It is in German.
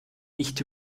nicht